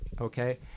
okay